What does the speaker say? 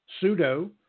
pseudo